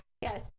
yes